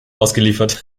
ausgeliefert